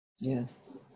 Yes